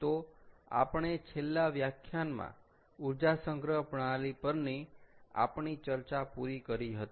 તો આપણે છેલ્લા વ્યાખ્યાનમાં ઊર્જા સંગ્રહ પ્રણાલી પરની આપણી ચર્ચા પૂરી કરી હતી